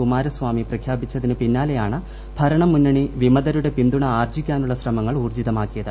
കുമാരസ്വാമി പ്രഖ്യാപിച്ചിതിനു പിന്നാലെയാണ് ഭരൂണ മുന്നണി വിമതരുടെ പിന്തുണ ആർജ്ജിക്കാനുള്ള ശ്രമങ്ങൾ ഊർജ്ജിതമാക്കിയത്